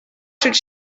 should